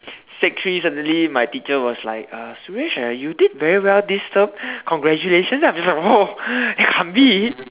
sec three suddenly my teacher was like uh Suresh ah you did very well this term congratulations I'm just like !whoa! I mean